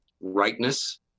rightness